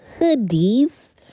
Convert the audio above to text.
hoodies